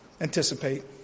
anticipate